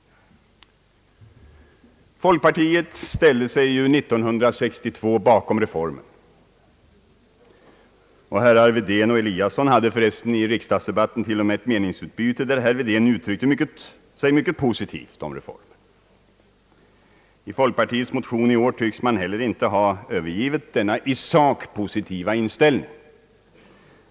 Folkpartiet ställde sig år 1962 bakom reformen, och herrar Wedén och Eliasson hade för övrigt i riksdagsdebatten ett meningsutbyte, där den förre uttalade sig mycket positivt för reformen. I folkpartiets motion i år tycks man inte heller ha övergivit denna i sak positiva inställning.